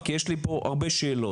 כי יש לי פה הרבה שאלות.